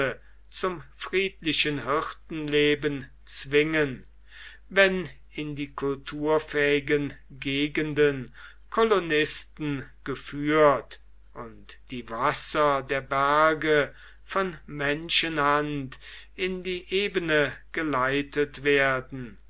zum friedlichen hirtenleben zwingen wenn in die kulturfähigen gegenden kolonisten geführt und die wasser der berge von menschenhand in die ebene geleitet werden